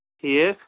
ٹھیٖک